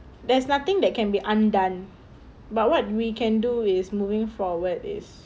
there's nothing that can be undone but what we can do is moving forward is